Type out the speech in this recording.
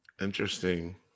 interesting